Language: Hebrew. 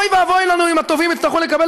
אוי ואבוי לנו אם התובעים יצטרכו לקבל